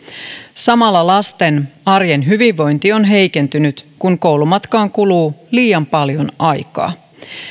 samalla lasten arjen hyvinvointi on heikentynyt kun koulumatkaan kuluu liian paljon aikaa